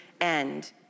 end